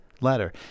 letter